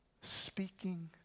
speaking